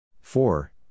Four